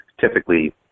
typically